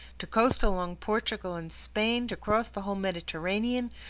to coast along portugal and spain, to cross the whole mediterranean,